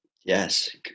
Yes